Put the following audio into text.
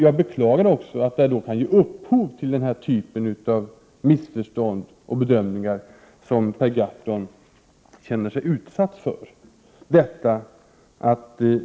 Jag beklagar också att det kan ge upphov till dessa missförstånd och bedömningar som Per Gahrton känner sig vara utsatt för.